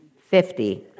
Fifty